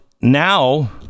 now